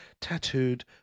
Tattooed